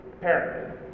parent